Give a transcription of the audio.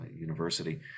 University